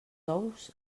ous